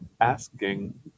asking